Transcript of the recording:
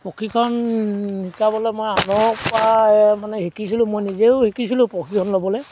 প্ৰশিক্ষণ শিকাবলৈ মই আনৰ পৰা মানে শিকিছিলোঁ মই নিজেও শিকিছিলোঁ প্ৰশিক্ষণ ল'বলৈ